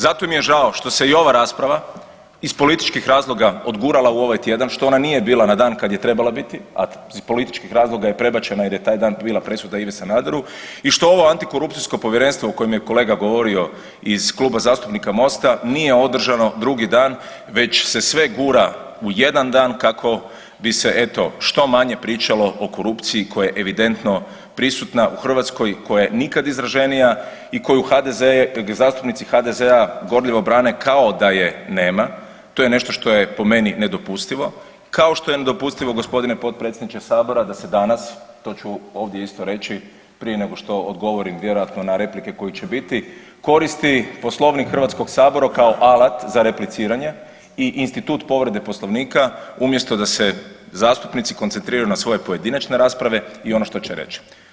Zato mi je žao što se i ova rasprava iz političkih razloga odgurala u ovaj tjedan što ona nije bila na dan kad je trebala biti, a iz političkih razloga je prebačena jer je taj dan bila presuda Ivi Sanaderu i što ovo antikorupcijsko povjerenstvo o kojem je kolega govorio iz Kluba zastupnika Mosta nije održano drugi dan već se sve gura u jedan dan kako bi se eto što manje pričalo o korupciji koja je evidentno prisutna u Hrvatskoj, koja je nikad izraženija i koju HDZ je, dakle zastupnici HDZ-a gorljivo brane kao da je nema, to je nešto što je po meni nedopustivo, kao što je nedopustivo g. potpredsjedniče sabora da se danas, to ću ovdje isto reći prije nego što odgovorim vjerojatno na replike koje će biti, koristi Poslovnik HS kao alat za repliciranje i institut povrede Poslovnika umjesto da se zastupnici koncentriraju na svoje pojedinačne rasprave i ono što će reći.